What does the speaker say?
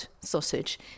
sausage